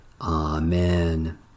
Amen